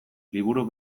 liburu